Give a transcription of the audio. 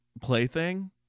plaything